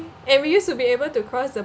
and we used to be able to cross the